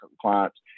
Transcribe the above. clients